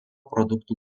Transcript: produktų